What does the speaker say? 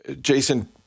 Jason